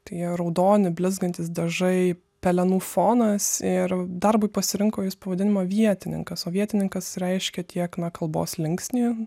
tie raudoni blizgantys dažai pelenų fonas ir darbui pasirinko jį spaudimo vietininkas o vietininkas reiškia tiek kalbos linksnį